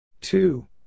two